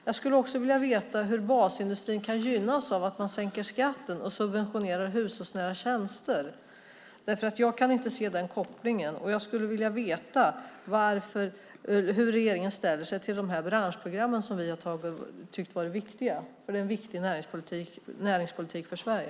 Jag skulle också vilja veta hur basindustrin kan gynnas av att man sänker skatten och subventionerar hushållsnära tjänster. Jag kan inte se den kopplingen. Och jag skulle vilja veta hur regeringen ställer sig till de branschprogram som vi har tyckt vara viktiga. Det är en viktig näringspolitik för Sverige.